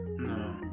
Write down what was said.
No